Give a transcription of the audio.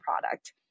product